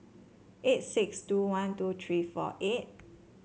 eight six two one two tree four eight